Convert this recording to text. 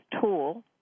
tool